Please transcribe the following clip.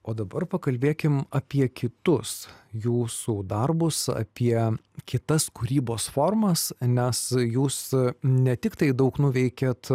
o dabar pakalbėkim apie kitus jūsų darbus apie kitas kūrybos formas nes jūs ne tiktai daug nuveikėt